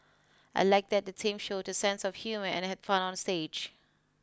I like that the teams showed a sense of humour and had fun up on stage